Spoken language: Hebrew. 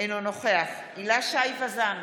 אינו נוכח הילה שי וזאן,